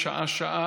שעה-שעה,